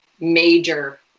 major